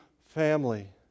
family